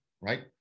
right